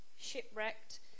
shipwrecked